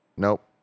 Nope